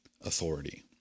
authority